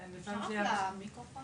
אבל את מכניסה לי מילים לפה.